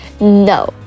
no